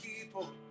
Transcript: people